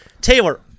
Taylor